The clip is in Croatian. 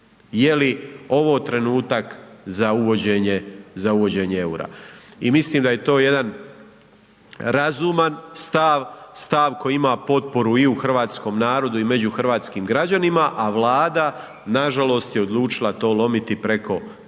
Je li ovo trenutak za uvođenje eura. I mislim da je to jedan razuman stav, stav koji ima potporu i u hrvatskom narodu i među hrvatskim građanima a Vlada nažalost je to odlučila lomiti preko koljena,